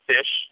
Fish